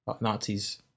Nazis